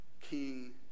King